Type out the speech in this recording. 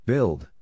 Build